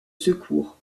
secours